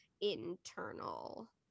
internal